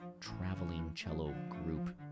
travelingcellogroup